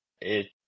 it